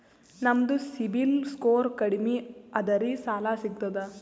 ನಮ್ದು CIBIL score ಕಡಿಮಿ ಅದರಿ ಸಾಲಾ ಸಿಗ್ತದ?